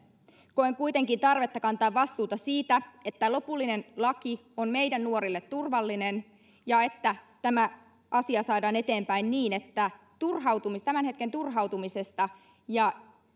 koen kuitenkin tarvetta kantaa vastuuta siitä että lopullinen laki on meidän nuorille turvallinen ja että tämä asia saadaan eteenpäin niin että tämän hetken turhautumisesta ja